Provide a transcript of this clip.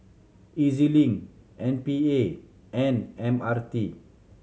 E Z Link M P A and M R T